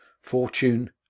fortune